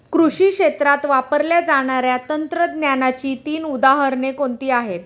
कृषी क्षेत्रात वापरल्या जाणाऱ्या तंत्रज्ञानाची तीन उदाहरणे कोणती आहेत?